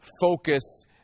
focus